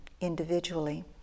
individually